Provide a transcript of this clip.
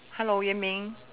hello ye-ming